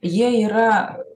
jie yra